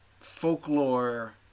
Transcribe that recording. folklore